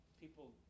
People